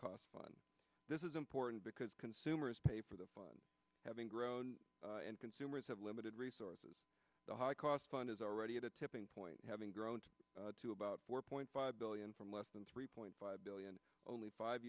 cost on this is important because consumers pay for the fun having grown and consumers have limited resources the high cost fund is already at a tipping point having grown to about four point five billion from less than three point five billion only five